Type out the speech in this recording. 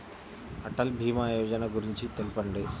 అటల్ భీమా యోజన గురించి తెలుపండి?